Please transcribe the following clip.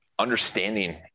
understanding